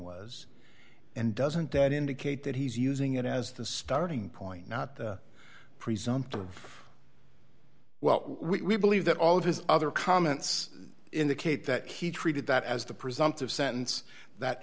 was and doesn't that indicate that he's using it as the starting point not the presumptive well we believe that all of his other comments indicate that he treated that as the presumptive sentence that